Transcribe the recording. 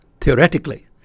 theoretically